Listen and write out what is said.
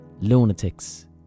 lunatics